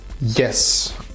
yes